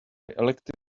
elected